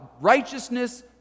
Righteousness